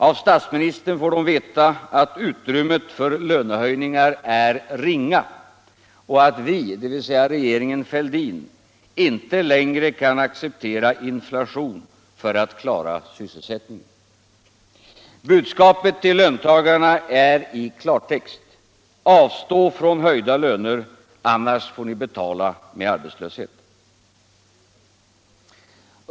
Av statsministern får de veta att utrymmet för lönehöjningar är ringa och att ”vi”, dvs. regeringen Fälldin, inte längre kan acceptera infation för att klara sysselsättningen. Budskapet till löntagarna är i klartext: Avstå från höjda löner, annars får ni betala med arbetslöshet!